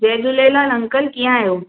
जय Jhulelal uncle कीअं आहियो